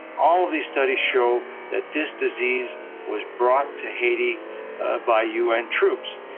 all these studies show that this disease was brought to haiti by un troops.